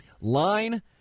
Line